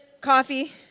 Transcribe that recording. coffee